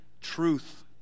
truth